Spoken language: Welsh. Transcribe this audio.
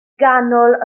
ganol